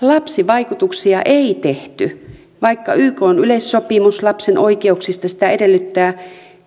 lapsivaikutusarviointia ei tehty vaikka ykn yleissopimus lapsen oikeuksista sitä edellyttää